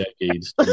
decades